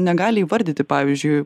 negali įvardyti pavyzdžiui